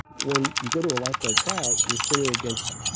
when you go to a lifeguard tryout, you're swimming against,